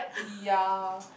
ya